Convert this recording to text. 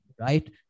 right